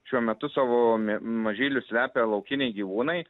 šiuo metu savo mažylius slepia laukiniai gyvūnai